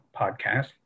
podcast